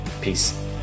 Peace